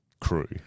crew